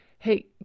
hey